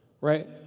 right